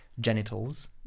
genitals